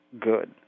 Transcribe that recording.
good